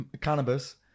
cannabis